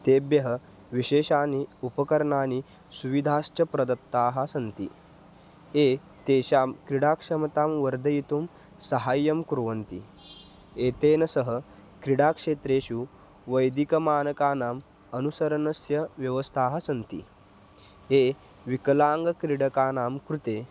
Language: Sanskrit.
तेभ्यः विशेषानि उपकरणानि सुविधाश्च प्रदत्ताः सन्ति ये तेषां क्रीडाक्षमतां वर्धयितुं सहाय्यं कुर्वन्ति एतेन सह क्रीडाक्षेत्रेषु वैदिकमानकानाम् अनुसरणस्य व्यवस्थाः सन्ति ये विकलाङ्गक्रीडकानां कृते